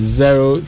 zero